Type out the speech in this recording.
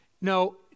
No